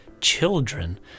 children